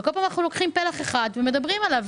וכל פעם אנחנו לוקחים פלח אחד ומדברים עליו,